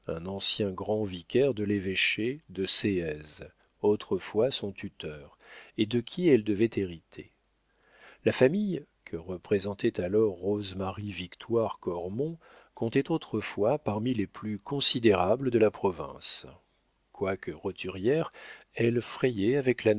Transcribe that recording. un ancien grand vicaire de l'évêché de séez autrefois son tuteur et de qui elle devait hériter la famille que représentait alors rose marie victoire cormon comptait autrefois parmi les plus considérables de la province quoique roturière elle frayait avec la